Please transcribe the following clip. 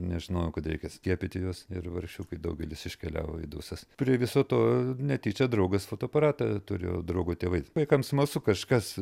nežinojau kad reikia skiepyti juos ir vargšiukai daugelis iškeliavo į dausas prie viso to netyčia draugas fotoaparatą turėjo draugo tėvai vaikam smalsu kažkas